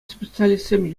специалистсем